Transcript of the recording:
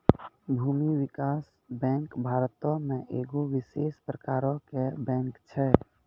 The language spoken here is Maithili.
भूमि विकास बैंक भारतो मे एगो विशेष प्रकारो के बैंक छै